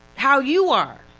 how you are,